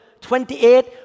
28